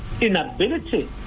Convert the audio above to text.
inability